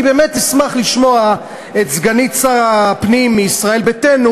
אני באמת אשמח לשמוע את סגנית שר הפנים מישראל ביתנו